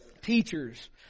Teachers